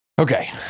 Okay